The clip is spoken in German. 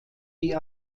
die